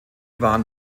waren